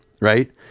right